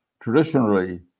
Traditionally